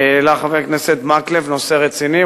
העלה חבר הכנסת מקלב נושא רציני.